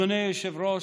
אדוני היושב-ראש,